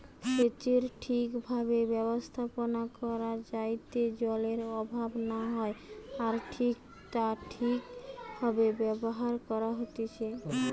সেচের ঠিক ভাবে ব্যবস্থাপনা করা যাইতে জলের অভাব না হয় আর তা ঠিক ভাবে ব্যবহার করা হতিছে